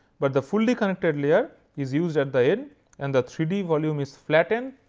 but the fully connected layer is used at the end and the three d volume is flattened,